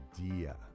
idea